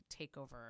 takeover